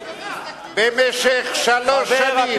במשך שלוש שנים,